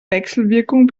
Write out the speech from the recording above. wechselwirkung